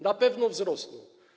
Na pewno wzrosną.